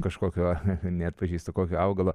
kažkokio h h neatpažįsta kokio augalo